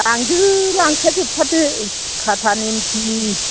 लांदों लांखाजोबथारदो इस खाथा नेमखि